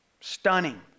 stunning